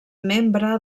membre